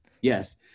Yes